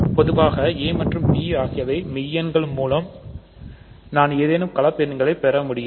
பொதுவாக a மற்றும் b ஆகிய மெய்யெண்கள் மூலம் நான் ஏதேனும் கலப்பு எண்களை பெற முடியும்